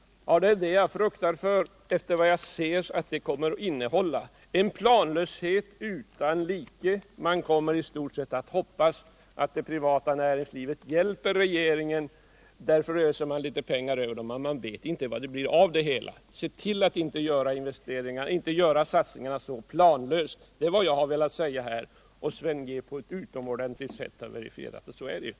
Det är just vad jag fruktar, när jag ser vad det kommer at. innehålla: en planlöshet utan like. Man kommer i stort sett att hoppas att det privata näringslivet hjälper regeringen, och därför öser man pengar Över det, men man vet inte vad resultatet blir av det hela. Se till att inte göra satsningarna så planlöst — det är vad jag velat säga här, och att det rådet behövs har Sven G. Andersson på ett utomordentligt sätt verifierat.